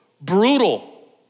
brutal